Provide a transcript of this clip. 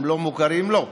הם לא מוכרים לו,